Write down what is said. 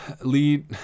lead